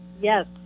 yes